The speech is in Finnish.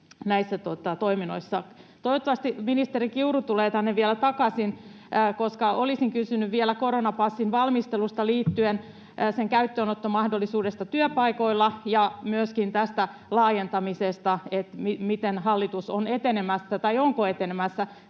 Toivottavasti ministeri Kiuru tulee tänne vielä takaisin, koska olisin kysynyt vielä koronapassin valmistelusta liittyen sen käyttöönottomahdollisuuteen työpaikoilla ja myöskin tästä laajentamisesta, että miten hallitus on etenemässä — tai onko etenemässä.